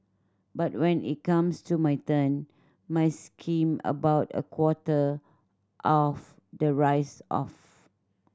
but when it comes to my turn my skim about a quarter of the rice off